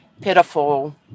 pitiful